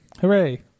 Hooray